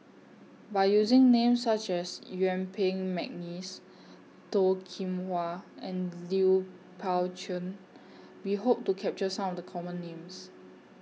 By using Names such as Yuen Peng Mcneice Toh Kim Hwa and Lui Pao Chuen We Hope to capture Some of The Common Names